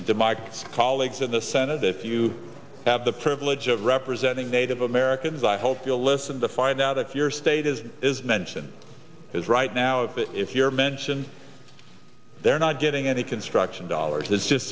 and to my colleagues in the senate if you have the privilege of representing native americans i hope you'll listen to find out if your status is mention is right now but if your mention they're not getting any construction dollars that's just